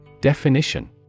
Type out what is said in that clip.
Definition